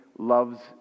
loves